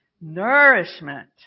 Nourishment